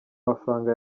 mafaranga